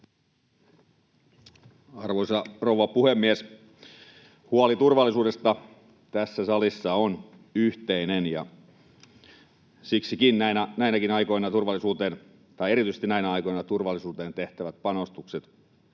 Arvoisa rouva puhemies! Huoli turvallisuudesta tässä salissa on yhteinen, ja siksikin erityisesti näinä aikoina turvallisuuteen tehtävät panostukset